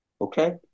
okay